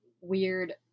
weird